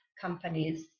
companies